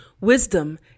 Wisdom